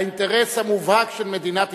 האינטרס המובהק של מדינת ישראל,